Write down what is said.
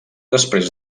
després